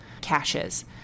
caches